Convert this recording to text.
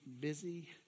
busy